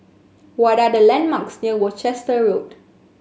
what are the landmarks near Worcester Road